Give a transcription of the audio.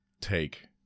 take